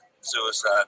suicide